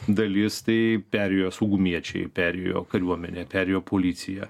dalis tai perėjo saugumiečiai perėjo kariuomenė perėjo policija